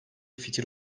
fikir